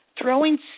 throwing